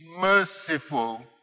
merciful